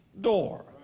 door